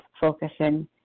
focusing